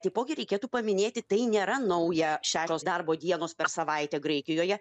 taipogi reikėtų paminėti tai nėra nauja šešios darbo dienos per savaitę graikijoje